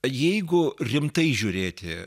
jeigu rimtai žiūrėti